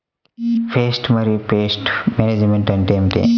Pest మరియు pest management అంటే ఏమిటి?